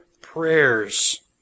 prayers